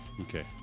Okay